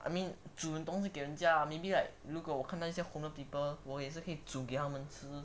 I mean 煮东西给人家 maybe like 如果我看到一些 homeless people 我也是可以煮给他们吃